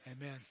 Amen